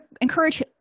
encourage